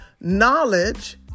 Knowledge